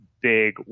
big